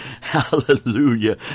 Hallelujah